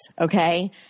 Okay